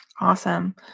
Awesome